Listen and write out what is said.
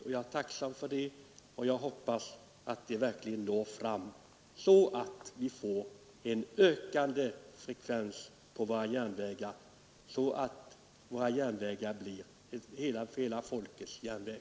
Jag är som sagt tacksam för det, och jag hoppas att det verkligen når fram så att vi får en ökande resandefrekvens på våra järnvägar och SJ blir hela folkets järnväg.